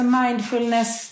mindfulness